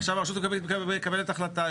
עכשיו הרשות המקומית מקבלת החלטה.